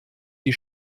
die